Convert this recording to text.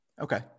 Okay